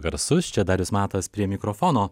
garsus čia darius matas prie mikrofono